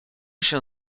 się